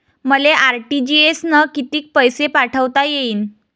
मले आर.टी.जी.एस न कितीक पैसे पाठवता येईन?